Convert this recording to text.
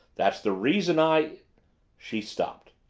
that's the reason i she stopped.